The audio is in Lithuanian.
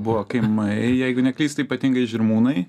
buvo kaimai jeigu neklystu ypatingai žirmūnai